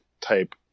type